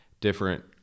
different